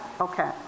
Okay